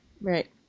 Right